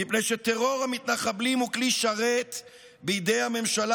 מפני שטרור המתנחבלים הוא כלי שרת בידי הממשלה,